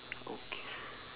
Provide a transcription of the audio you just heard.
okay